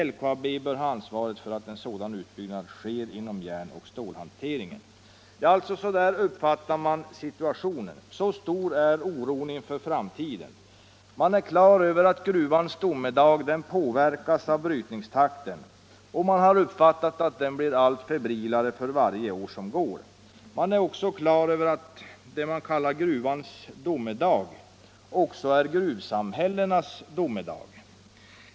LKAB bör ha ansvaret för att sådan utbyggnad sker inom järnoch stålhanteringen.” Så uppfattar man alltså situationen. Så stor är oron inför framtiden. Man är klar över att gruvans domedag påverkas av brytningstakten, och man har uppfattat att den blir allt febrilare för varje år som går. Man är också klar över att det man kallar gruvans domedag också är gruvsamhällenas domedag.